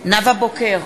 נאוה בוקר,